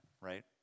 right